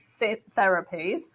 therapies